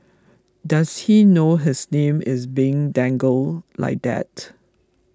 does he know his name is being dangled like that